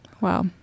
Wow